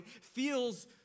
feels